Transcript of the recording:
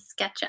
SketchUp